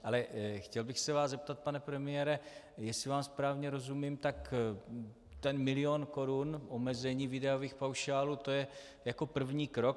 Ale chtěl bych se vás zeptat, pane premiére, jestli vám správně rozumím, tak ten milion korun omezení výdajových paušálů, to je jako první krok.